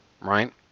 Right